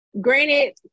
Granted